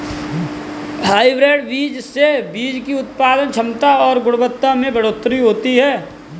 hybrid बीज से बीज की उत्पादन क्षमता और गुणवत्ता में बढ़ोतरी होती है